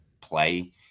play